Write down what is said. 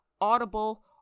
Audible